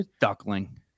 Duckling